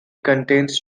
contains